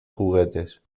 juguetes